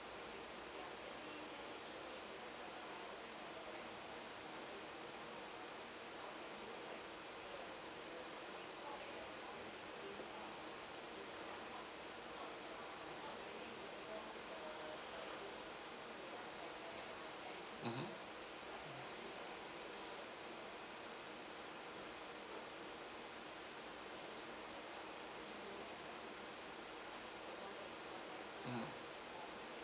mmhmm mm